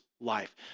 life